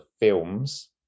films